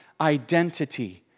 identity